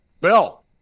Bill